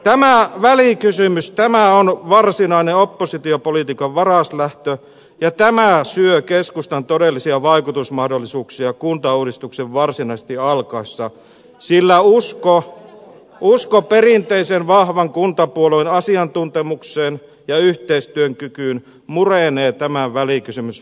tämä välikysymys on varsinainen oppositiopolitiikan varaslähtö ja tämä syö keskustan todellisia vaikutusmahdollisuuksia kuntauudistuksen varsinaisesti alkaessa sillä usko perinteisen vahvan kuntapuolueen asiantuntemukseen ja yhteistyökykyyn murenee tämän välikysymysfarssin myötä